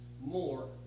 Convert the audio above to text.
more